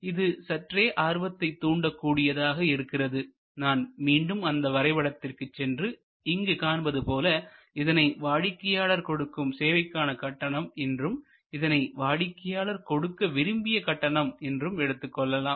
இது சற்றே ஆர்வத்தைத் தூண்டக் கூடியதாக இருக்கிறது நான் மீண்டும் அந்த வரைபடத்திற்கு சென்று இங்கு காண்பது போல இதனை வாடிக்கையாளர் கொடுக்கும் சேவைக்கான கட்டணம் என்றும் இதனை வாடிக்கையாளர் கொடுக்க விரும்பிய கட்டணம் என்றும் எடுத்துக்கொள்ளலாம்